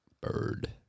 Bird